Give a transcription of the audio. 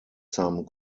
some